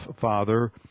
Father